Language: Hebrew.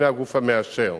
בפני הגוף המאשר.